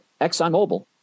ExxonMobil